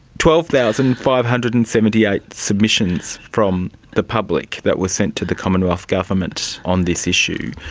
twelve thousand five hundred and seventy eight submissions from the public that were sent to the commonwealth government on this issue.